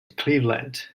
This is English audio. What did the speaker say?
cleveland